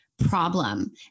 problem